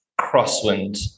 crosswind